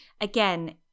Again